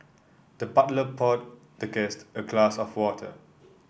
the butler poured the guest a glass of water